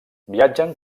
viatgen